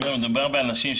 מדובר באנשים,